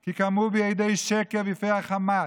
כי קמו בי עדי שקר ויפח חמס.